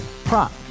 prop